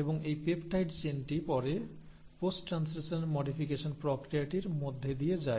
এবং এই পেপটাইড চেইনটি পরে পোস্ট ট্রান্সলেশনাল মডিফিকেশন প্রক্রিয়াটির মধ্যে দিয়ে যায়